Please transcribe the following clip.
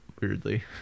weirdly